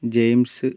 James